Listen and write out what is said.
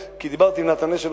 דיברתי עם נתן אשל,